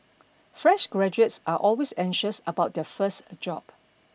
fresh graduates are always anxious about their first job